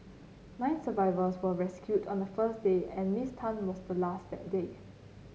nine survivors were rescued on the first day and Miss Tan was the last that day